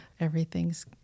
Everything's